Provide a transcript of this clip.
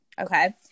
Okay